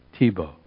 Tebow